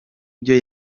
byo